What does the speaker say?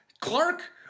Clark